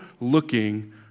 looking